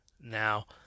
now